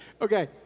Okay